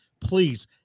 please